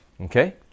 okay